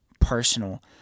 personal